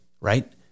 right